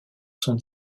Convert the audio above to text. sont